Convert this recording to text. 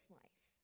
life